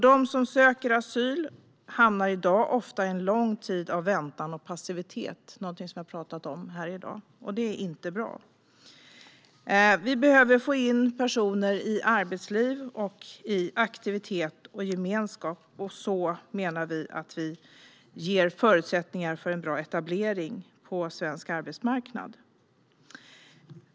De som söker asyl hamnar i dag ofta i en lång tid av väntan och passivitet. Det är något som vi har pratat om i dag. Det är inte bra. Vi behöver få in personer i arbetsliv, i aktivitet och i gemenskap. Vi menar att vi på så sätt ger förutsättningar för en bra etablering på svensk arbetsmarknad.